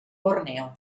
borneo